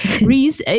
reese